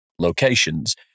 locations